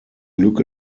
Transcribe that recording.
glück